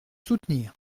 soutenir